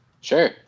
Sure